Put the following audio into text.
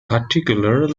particular